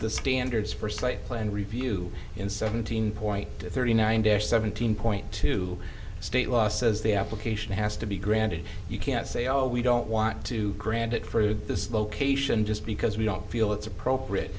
the standards for site plan review in seventeen point thirty nine they're seventeen point two state law says the application has to be granted you can't say oh we don't want to grant it for this location just because we don't feel it's appropriate